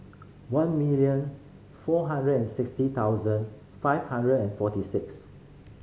one million four hundred and sixty thousand five hundred and forty six